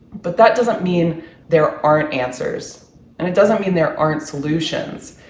but that doesn't mean there aren't answers and it doesn't mean there aren't solutions.